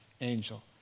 angel